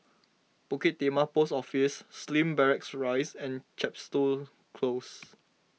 Bukit Timah Post Office Slim Barracks Rise and Chepstow Close